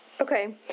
Okay